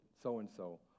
so-and-so